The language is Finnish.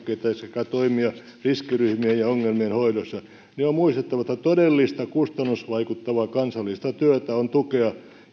hankkeita sekä toimia riskiryhmien ja ongelmien hoidossa niin on muistettava että todellista kustannusvaikuttavaa kansallista työtä on tukea